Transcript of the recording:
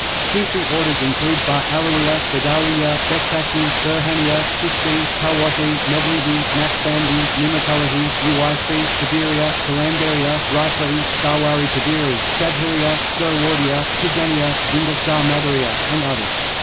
sufi orders include ba alawiyya, badawiyya, bektashi, burhaniyya, chishti, khalwati, mevlevi, naqshbandi, ni'matullahi, uwaisi, qadiriyya, qalandariyya, rifa'i, sarwari qadiri, shadhiliyya, suhrawardiyya, tijaniyyah, zinda shah madariya, and others.